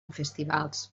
festivals